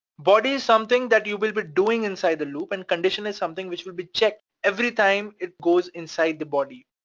body is something that you will be doing inside the loop, and condition is something which will be checked every time it goes inside the body,